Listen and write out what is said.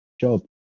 job